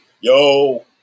yo